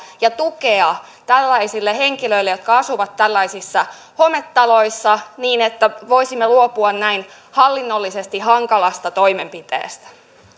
ja tukea tällaisille henkilöille jotka asuvat tällaisissa hometaloissa niin että voisimme luopua hallinnollisesti näin hankalasta toimenpiteestä